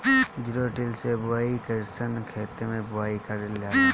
Zero till से बुआई कयिसन खेते मै बुआई कयिल जाला?